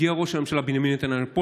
הגיע ראש הממשלה בנימין נתניהו לפה,